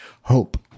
hope